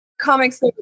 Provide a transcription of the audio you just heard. comics